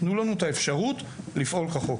לא כולם.